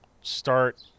start